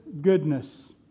goodness